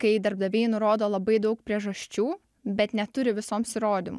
kai darbdaviai nurodo labai daug priežasčių bet neturi visoms įrodymų